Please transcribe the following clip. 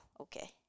okay